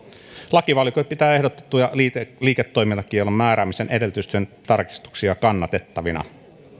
lakivaliokunta pitää ehdotettuja liiketoimintakiellon määräämisen edellytysten tarkistuksia kannatettavina